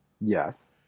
Yes